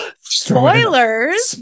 Spoilers